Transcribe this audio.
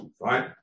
Right